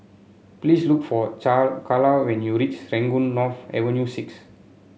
please look for Charla when you reach Serangoon North Avenue Six